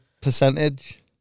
percentage